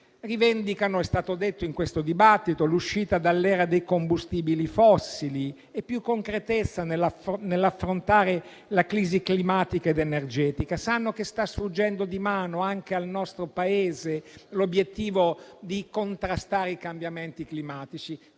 Rivendicano - com'è stato detto in questo dibattito - l'uscita dall'era dei combustibili fossili e più concretezza nell'affrontare la crisi climatica ed energetica; sanno che sta sfuggendo di mano anche al nostro Paese l'obiettivo di contrastare i cambiamenti climatici.